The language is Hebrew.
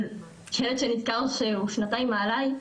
על ילד שנדקר שהוא שנתיים מעליי.